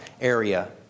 area